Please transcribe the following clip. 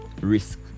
risk